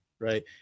right